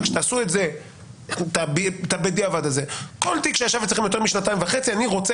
אבל תעשו את זה בדיעבד יותר משנתיים וחצי אני רוצה